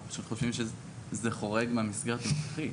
אנחנו פשוט חושבים שזה חורג מהמסגרת הנוכחית.